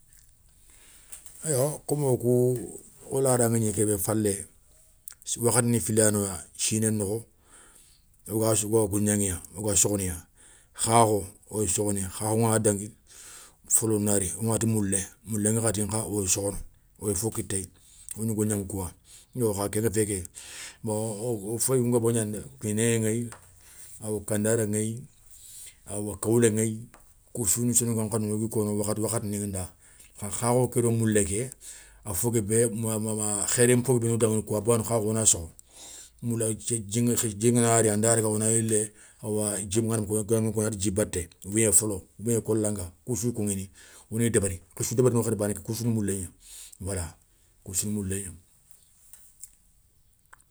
Eywa comme wokou wo lada ngagni kébé falé, wakhatini fili yanoya siné nokho, wogassou woga golgaŋiya woga sokhononiya khaakho oyi sokhoniya khakhon gana dangui, folonari wonati moulé, moulen ŋakhati nkha woye sokhono, woy fo kitéye, wo gni golgnaŋa kouwa yo kha kengafé ké, wo féyou ngobo gnani kinéyé ŋayi, aw kandara ŋéyi, awa kawlé ŋéyi koussouni wo soninkan khanou gna wo gui koŋo wakhati wakhati nda. Kha khakho ké do moulé ké, a fo guébé ma ma ma khéri nfo guébé no daŋa ni kouya bawoni khakho angana sokho, dji ngana ri anda daga wona yilé awa dji ngana mouki wonati dji batté oubien folo oubien kolanga koussouya koŋini woni débéri. Koussou débérini wakhati bané kéya koussouna moulégna wala koussouna moulégna.